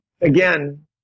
Again